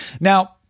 Now